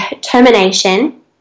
termination